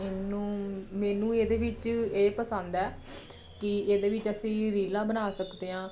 ਇਹਨੂੰ ਮੈਨੂੰ ਇਹਦੇ ਵਿੱਚ ਇਹ ਪਸੰਦ ਹੈ ਕਿ ਇਹਦੇ ਵਿੱਚ ਅਸੀਂ ਰੀਲਾਂ ਬਣਾ ਸਕਦੇ ਹਾਂ